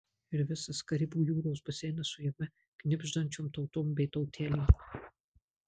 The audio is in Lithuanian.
ir visas karibų jūros baseinas su jame knibždančiom tautom bei tautelėm